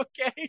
okay